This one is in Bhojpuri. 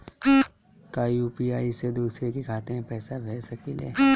का यू.पी.आई से दूसरे के खाते में पैसा भेज सकी ले?